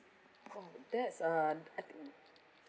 oh that's uh I think